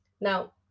Now